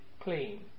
clean